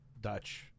Dutch